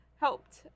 helped